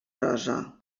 rosa